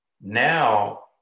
Now